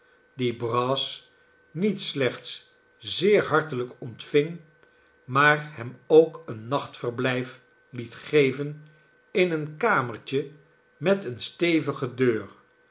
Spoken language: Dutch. die brass niet slechts zeer hartelijk ontving maar hem ook een nachtverblijf liet geven in een kamertje met eene stevige deur